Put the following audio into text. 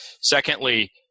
Secondly